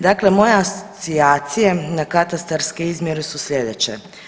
Dakle, moje asocijacije na katastarske izmjere su slijedeće.